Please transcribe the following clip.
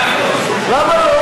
למה לא?